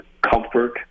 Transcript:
comfort